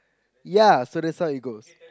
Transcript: ya so that's how it goes